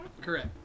Correct